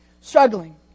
struggling